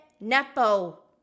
nepo